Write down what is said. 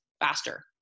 faster